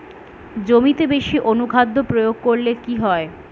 জমিতে বেশি অনুখাদ্য প্রয়োগ করলে কি হয়?